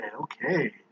okay